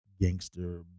gangster